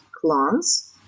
clans